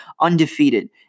undefeated